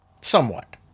somewhat